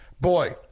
boy